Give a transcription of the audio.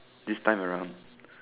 this time around